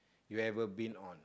you've ever been on